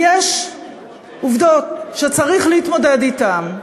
יש עובדות שצריך להתמודד אתן,